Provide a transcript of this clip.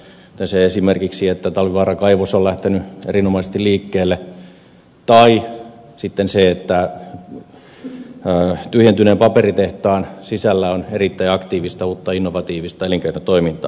esimerkiksi se että talvivaaran kaivos on lähtenyt erinomaisesti liikkeelle tai sitten se että tyhjentyneen paperitehtaan sisällä on erittäin aktiivista uutta innovatiivista elinkeinotoimintaa